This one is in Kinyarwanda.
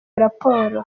raporo